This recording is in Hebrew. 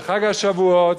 בחג השבועות,